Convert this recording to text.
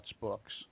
books